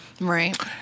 Right